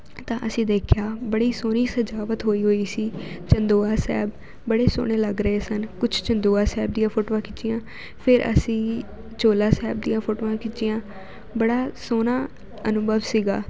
ਤਾਂ ਅਸੀਂ ਦੇਖਿਆ ਬੜੀ ਸੋਹਣੀ ਸਜਾਵਟ ਹੋਈ ਹੋਈ ਸੀ ਚੰਦੋਆ ਸਾਹਿਬ ਬੜੇ ਸੋਹਣੇ ਲੱਗ ਰਹੇ ਸਨ ਕੁਛ ਚੰਦੋਆ ਸਾਹਿਬ ਦੀਆਂ ਫੋਟੋਆਂ ਖਿੱਚੀਆਂ ਫਿਰ ਅਸੀਂ ਚੋਲਾ ਸਾਹਿਬ ਦੀਆਂ ਫੋਟੋਆਂ ਖਿੱਚੀਆਂ ਬੜਾ ਸੋਹਣਾ ਅਨੁਭਵ ਸੀਗਾ